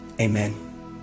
Amen